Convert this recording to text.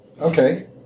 Okay